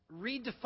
Redefine